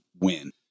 win